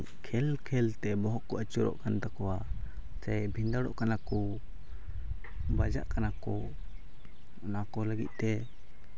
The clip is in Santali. ᱠᱷᱮᱹᱞ ᱠᱷᱮᱹᱞ ᱛᱮ ᱵᱚᱦᱚᱜ ᱠᱚ ᱟᱹᱪᱩᱨᱚᱜ ᱠᱟᱱ ᱛᱟᱠᱚᱣᱟ ᱥᱮ ᱵᱷᱤᱸᱫᱟᱹᱲᱚᱜ ᱠᱟᱱᱟ ᱠᱚ ᱵᱟᱡᱟᱜ ᱠᱟᱱᱟ ᱠᱚ ᱚᱱᱟ ᱠᱚ ᱞᱟᱹᱜᱤᱫ ᱛᱮ